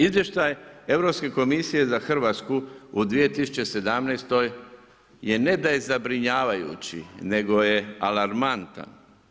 Izvještaj Europske komisije za Hrvatsku u 2017. je ne da je zabrinjavajući, nego je alarmantan.